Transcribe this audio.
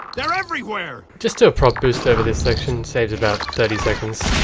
they're everywhere! just do a prop-boost over this section, saves about thirty seconds.